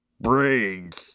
Brains